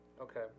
Okay